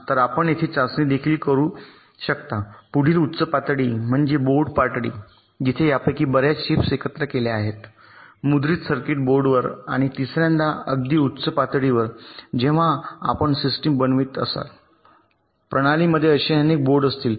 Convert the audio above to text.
तर आपण येथे चाचणी देखील करू शकता पुढील उच्च पातळी म्हणजे बोर्ड पातळी जिथे यापैकी बर्याच चिप्स एकत्रित केल्या आहेत मुद्रित सर्किट बोर्डवर आणि तिसर्यांदा अगदी उच्च पातळीवर जेव्हा आपण सिस्टम बनवित असाल प्रणालीमध्ये असे अनेक बोर्ड असतील